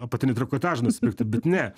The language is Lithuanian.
apatinį trikotažą nusipirkti bet ne